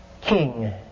king